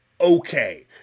okay